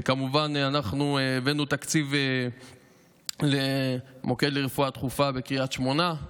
וכמובן אנחנו הבאנו תקציב למוקד לרפואה דחופה בקריית שמונה,